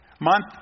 month